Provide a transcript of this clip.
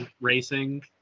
racing